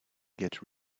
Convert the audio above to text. get